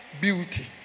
beauty